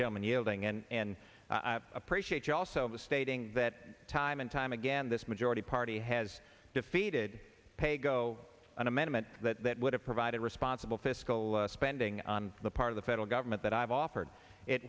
yielding and i appreciate you also stating that time and time again this majority party has defeated paygo an amendment that would have provided responsible fiscal spending on the part of the federal government that i've offered it